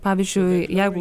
pavyzdžiui jeigu